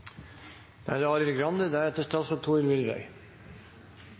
Da er det representanten Arild Grande.